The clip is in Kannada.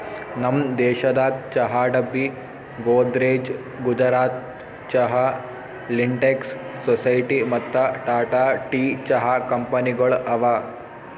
ನಮ್ ದೇಶದಾಗ್ ಚಹಾ ಡಬ್ಬಿ, ಗೋದ್ರೇಜ್, ಗುಜರಾತ್ ಚಹಾ, ಲಿಂಟೆಕ್ಸ್, ಸೊಸೈಟಿ ಮತ್ತ ಟಾಟಾ ಟೀ ಚಹಾ ಕಂಪನಿಗೊಳ್ ಅವಾ